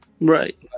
right